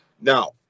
now